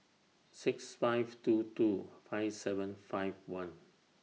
six five two two five seven five one